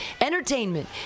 entertainment